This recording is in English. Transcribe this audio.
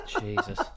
Jesus